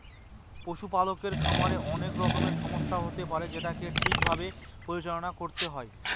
পশুপালকের খামারে অনেক রকমের সমস্যা হতে পারে যেটাকে ঠিক ভাবে পরিচালনা করতে হয়